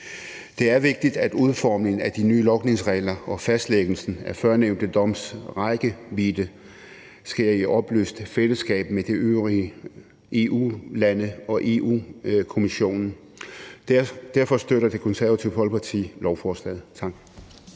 Det er vigtigt, at udformningen af de nye logningsregler og fastlæggelsen af førnævnte doms rækkevidde sker i oplyst fællesskab med de øvrige EU-lande og Europa-Kommissionen. Derfor støtter Det Konservative Folkeparti lovforslaget.